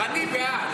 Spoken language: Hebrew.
אני בעד,